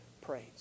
praise